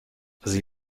sie